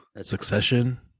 succession